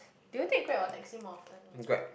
do you take Grab or taxi more often anyway